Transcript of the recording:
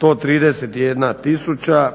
131 tisuća,